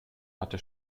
hatte